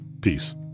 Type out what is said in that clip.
Peace